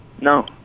No